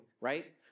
right